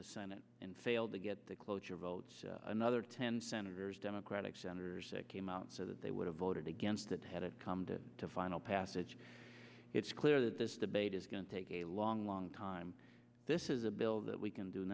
the senate and failed to get the cloture votes another ten senators democratic senators came out so that they would have voted against it had it come to the final passage it's clear that this debate is going to take a long long time this is a bill that we can do